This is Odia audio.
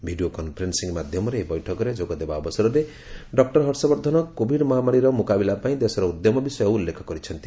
ଭିଡ଼ିଓ କନ୍ଫରେନ୍ ି ମାଧ୍ୟମରେ ଏହି ବୈଠକରେ ଯୋଗଦେବା ଅବସରରେ ଡକୁର ହର୍ଷବର୍ଦ୍ଧନ କୋଭିଡ ମହାମାରୀର ମୁକାବିଲା ପାଇଁ ଦେଶର ଉଦ୍ୟମ ବିଷୟ ଉଲ୍ଲ୍ଲେଖ କରିଛନ୍ତି